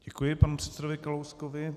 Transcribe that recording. Děkuji panu předsedovi Kalouskovi.